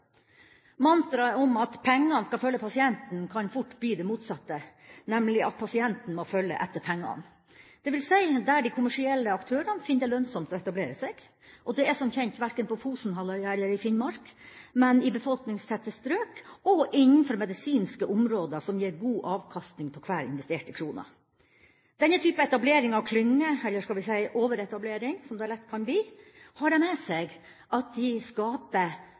Mantraet om at pengene skal følge pasienten, kan fort bli det motsatte, nemlig at pasienten må følge etter pengene, dvs. der de kommersielle aktørene finner det lønnsomt å etablere seg. Det er som kjent verken på Fosenhalvøya eller i Finnmark, men i befolkningstette strøk og innenfor medisinske områder som gir god avkastning på hver investerte krone. Denne typen etablering av klynger – eller skal vi si overetablering, som det lett kan bli – har det ved seg at de skaper